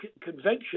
Convention